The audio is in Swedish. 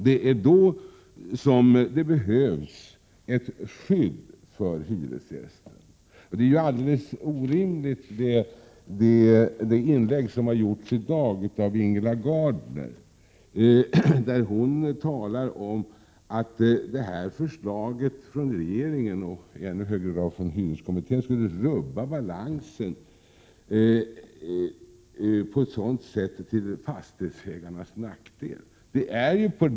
Det är då som det behövs ett skydd för hyresgästen. Det är alldeles orimligt att, som Ingela Gardner i dag gjorde i sitt inlägg, mena att detta förslag från regeringen, och i ännu högre grad från lokalhyreskommittén, skulle rubba balansen på ett sådant sätt att det blev till nackdel för fastighetsägarna.